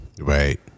Right